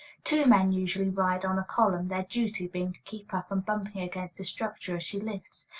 two men usually ride on a column, their duty being to keep her from bumping against the structure as she lifts,